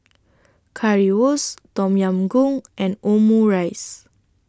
Currywurst Tom Yam Goong and Omurice